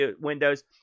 windows